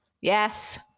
Yes